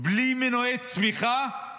בלי מנועי צמיחה,